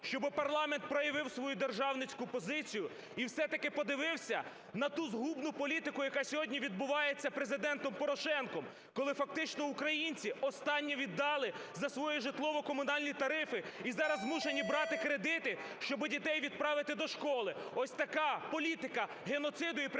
щоби парламент проявив свою державницьку позицію і все-таки подивився на ту згубну політику, яка сьогодні відбувається Президентом Порошенком, коли фактично українці останнє віддали за свої житлово-комунальні тарифи і зараз змушені брати кредити, щоби дітей відправити до школи. Ось така політика геноциду і примусової